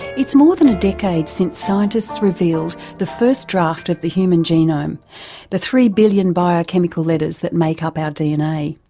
it's more than a decade since scientists revealed the first draft of the human genome the three billion biochemical letters that make up our dna.